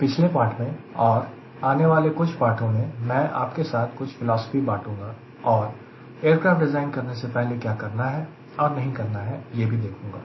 पिछले पाठ में और आने वाले कुछ पाठ में मैं आपके साथ कुछ फिलॉसफी बाटूंगा और एयरक्राफ़्ट डिज़ाइन करने से पहले क्या करना है और नहीं करना है यह भी बताऊंगा